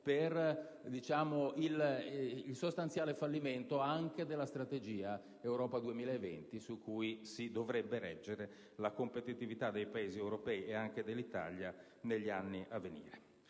per il sostanziale fallimento della Strategia Europa 2020 su cui si dovrebbe reggere la competitività dei Paesi europei e anche dell'Italia negli anni a venire.